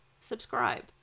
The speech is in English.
subscribe